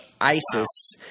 ISIS